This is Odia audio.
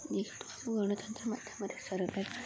ଆମ ଗଣତନ୍ତ୍ର ମାଧ୍ୟମରେ ସରକାର